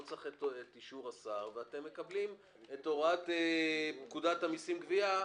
לא צריך את אישור השר ואתם מקבלים את הוראת פקודת המסים (גבייה)